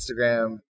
Instagram